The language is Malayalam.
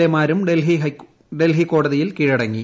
എ മാരും ഡൽഹി കോടതിയിൽ കീഴടങ്ങി